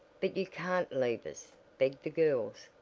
but you can't leave us, begged the girls.